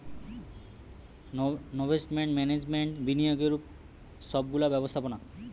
investment management বিনিয়োগের সব গুলা ব্যবস্থাপোনা